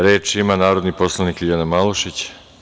Reč ima narodni poslanik Ljiljana Malušić.